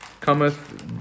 cometh